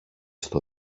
στο